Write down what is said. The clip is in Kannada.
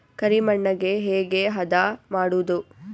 ಕರಿ ಮಣ್ಣಗೆ ಹೇಗೆ ಹದಾ ಮಾಡುದು?